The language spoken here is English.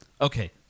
Okay